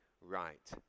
right